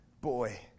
boy